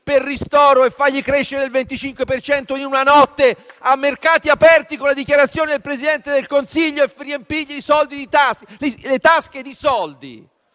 per ristoro e farli crescere del 25 per cento in una notte, a mercati aperti con le dichiarazioni del Presidente del Consiglio, riempiendo loro le tasche di soldi.